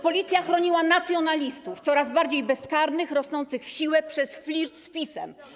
Policja chroniła nacjonalistów coraz bardziej bezkarnych, rosnących w siłę przez flirt z PiS-em.